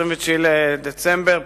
29 בדצמבר,